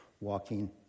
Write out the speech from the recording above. walking